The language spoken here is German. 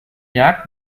jagd